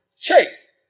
Chase